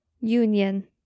Union